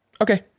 Okay